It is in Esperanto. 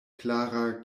klara